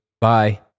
Bye